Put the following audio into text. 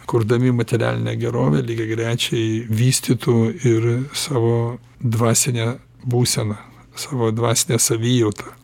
kurdami materialinę gerovę lygiagrečiai vystytų ir savo dvasinę būseną savo dvasinę savijautą